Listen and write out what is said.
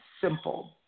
simple